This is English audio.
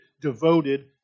devoted